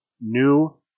new